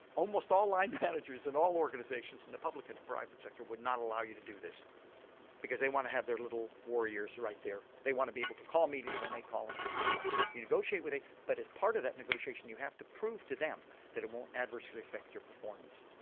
almost all line managers in all organisations in the public and private sector would not allow you to do this because they want to have their little warriors right there, they want to be able to call meetings when they call them and everything else. you negotiate with it but as part of that negotiation you have to prove to them that it won't adversely affect your performance.